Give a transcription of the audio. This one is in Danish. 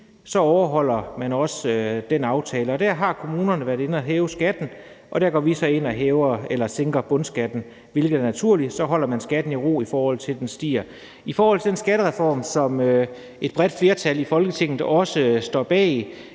overholder den aftale. Der har kommunerne været inde at hæve skatten, og der går vi så ind og sænker bundskatten, hvilket er naturligt, for så holder man skatten i ro, i stedet for at den stiger. I forhold til den skattereform, som et bredt flertal i Folketinget står bag –